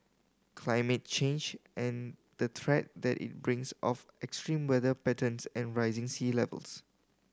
climate change and the threat that it brings of extreme weather patterns and rising sea levels